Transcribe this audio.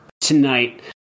tonight